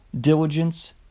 diligence